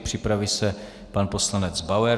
Připraví se pan poslanec Bauer.